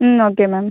ம் okay ma'am